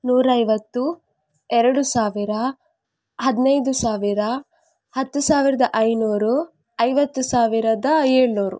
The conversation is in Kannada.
ನೂರೈವತ್ತು ಎರಡು ಸಾವಿರ ಹದಿನೈದು ಸಾವಿರ ಹತ್ತು ಸಾವಿರದ ಐನೂರು ಐವತ್ತು ಸಾವಿರದ ಏಳುನೂರು